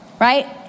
right